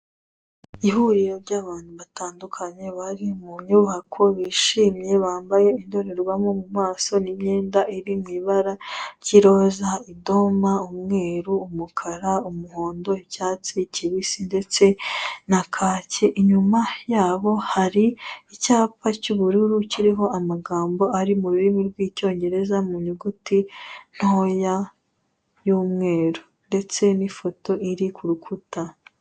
Ihuriro ry'abantu batandukanye bari mu nyubako bishimye, bambaye indorerwamo mu maso n'imyenda iri mu ibara ry'iroza, idoma, umweru, umukara, umuhondo, icyatsi kibisi ndetse na kaki, inyuma yabo hari icyapa cy'ubururu kiriho amagambo ari mu rurimi rw'Icyongereza mu nyuguti ntoya y'umweru, ndetse n'ifoto iri ku rukuta.